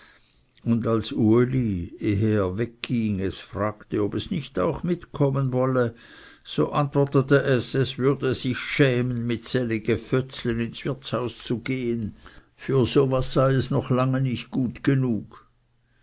und als uli ehe er wegging es fragte ob es nicht auch mitkommen wolle so antwortete es es wurde sich schämen mit sellige fötzle ins wirtshaus zu gehen für so was sei es noch lange nicht gut genug